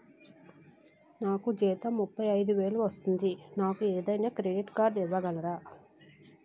నాకు జీతం ముప్పై ఐదు వేలు వస్తుంది నాకు ఏదైనా క్రెడిట్ కార్డ్ ఇవ్వగలరా?